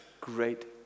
great